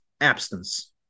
abstinence